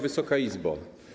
Wysoka Izbo!